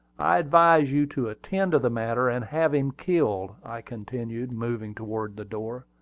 i advise you to attend to the matter, and have him killed, i continued, moving toward the door.